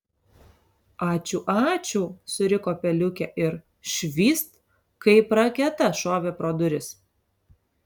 ačiū ačiū suriko peliukė ir švyst kaip raketa šovė pro duris